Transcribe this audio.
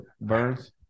Burns